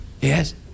Yes